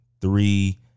three